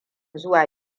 zuwa